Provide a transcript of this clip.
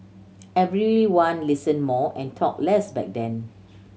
everyone listened more and talked less back then